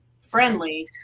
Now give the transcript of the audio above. friendly